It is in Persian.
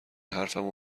حرفمو